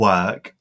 Work